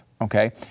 okay